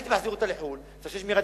הייתי מחזיר אותה לחוץ-לארץ שתעשה שמירת